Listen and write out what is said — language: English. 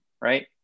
right